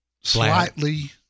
slightly